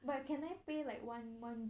but can I pay like one one big lump sum